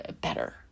better